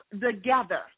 together